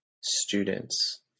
students